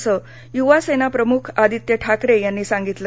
असं युवासेना प्रमुख आदित्य ठाकरे यांनी सांगितलं